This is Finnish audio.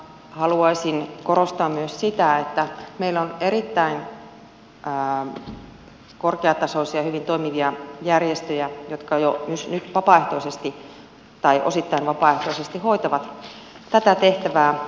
haluaisin korostaa myös sitä että meillä on erittäin korkeatasoisia hyvin toimivia järjestöjä jotka vapaaehtoisesti tai osittain vapaaehtoisesti hoitavat tätä tehtävää